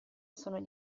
sono